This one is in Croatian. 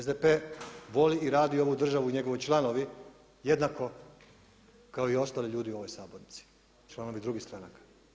SDP voli i radi ovu državu i njegovi članovi jednako kao ostali ljudi u ovoj sabornici, članovi drugih stranaka.